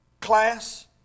class